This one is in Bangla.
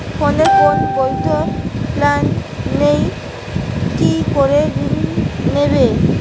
ফোনে কোন বৈধ প্ল্যান নেই কি করে ঋণ নেব?